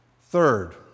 Third